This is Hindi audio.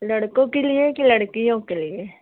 लड़कों के लिए कि लड़कियों के लिए